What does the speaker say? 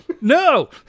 No